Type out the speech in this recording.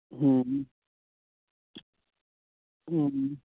ᱦᱩᱸ ᱦᱩᱸ ᱦᱩᱸ ᱦᱩᱸ